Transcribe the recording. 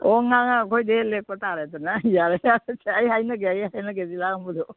ꯑꯣ ꯉꯥꯡꯉ ꯑꯩꯈꯣꯏꯗ ꯍꯦꯛ ꯂꯦꯛꯄ ꯇꯥꯔꯦꯗꯅ ꯌꯥꯔꯦ ꯌꯥꯔꯦꯁꯦ ꯑꯩ ꯍꯥꯏꯅꯒꯦ ꯍꯥꯏꯅꯒꯦꯁꯦ ꯂꯥꯡꯕꯗꯨ